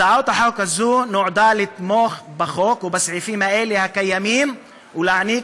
הצעת החוק הזו נועדה לתמוך בחוק ובסעיפים הקיימים ולהעניק